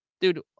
dude